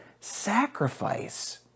sacrifice